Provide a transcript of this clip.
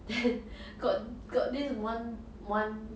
then got got this one one